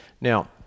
Now